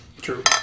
True